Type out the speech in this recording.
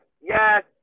yes